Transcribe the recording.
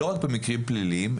לא רק במקרים פליליים,